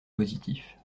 positif